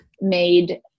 made